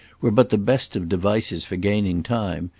were but the best of devices for gaining time,